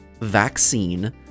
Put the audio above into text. vaccine